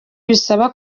bisaba